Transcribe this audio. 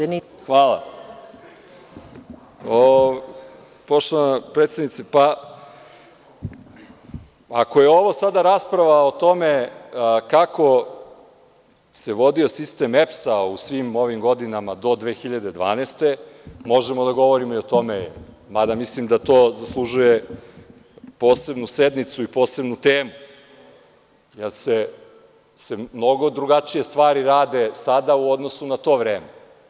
Poštovana predsednice, ako je ovo sada rasprava o tome kako se vodio sistem EPS svim ovim godinama do 2012. godine, možemo da govorimo i o tome, mada mislim da to zaslužuje posebnu sednicu i posebnu temu, jer se mnogo drugačije stvari rade sada u odnosu na to vreme.